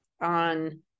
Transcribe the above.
on